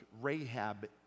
Rahab